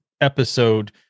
episode